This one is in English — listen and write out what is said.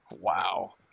wow